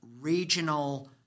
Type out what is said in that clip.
regional